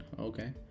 okay